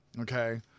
okay